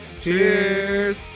Cheers